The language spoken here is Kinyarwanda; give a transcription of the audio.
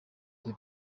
the